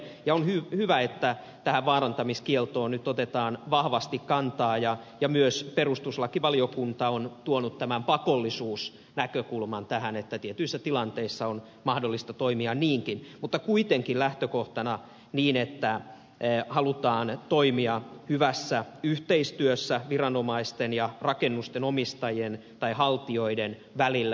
on hyvä että tähän vaarantamiskieltoon nyt otetaan vahvasti kantaa ja myös perustuslakivaliokunta on tuonut tämän pakollisuusnäkökulman tähän että tietyissä tilanteissa on mahdollista toimia niinkin mutta kuitenkin lähtökohtana niin että halutaan toimia hyvässä yhteistyössä viranomaisten ja rakennusten omistajien tai haltijoiden välillä